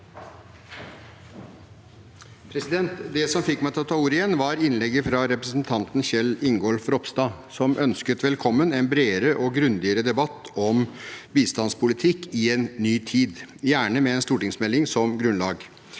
Det som fikk meg til å ta ordet igjen, var innlegget fra representanten Kjell Ingolf Ropstad, som ønsket velkommen en bredere og grundigere debatt om bistandspolitikk i en ny tid, gjerne med en stortingsmelding som grunnlag.